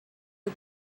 you